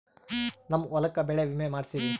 ನಮ್ ಹೊಲಕ ಬೆಳೆ ವಿಮೆ ಮಾಡ್ಸೇವಿ